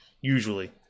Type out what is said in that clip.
usually